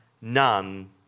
none